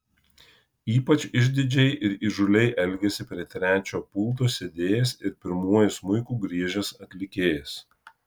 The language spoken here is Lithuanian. ypač išdidžiai ir įžūliai elgėsi prie trečio pulto sėdėjęs ir pirmuoju smuiku griežęs atlikėjas